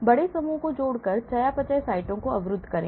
बड़े समूहों को जोड़कर चयापचय साइटों को अवरुद्ध करें